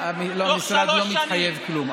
המשרד לא מתחייב לכלום,